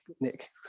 Nick